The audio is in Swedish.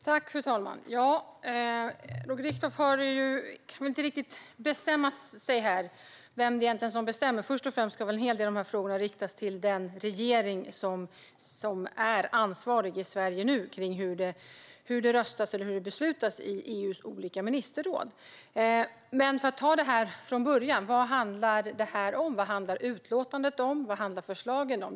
Fru talman! Roger Richtoff kan väl inte riktigt bestämma sig för vem som egentligen bestämmer. Först och främst ska en hel del av de här frågorna riktas till den regering som är ansvarig i Sverige nu för hur det röstas och beslutas i EU:s olika ministerråd. Men för att ta det från början: Vad handlar det här om? Vad handlar utlåtandet om? Vad handlar förslagen om?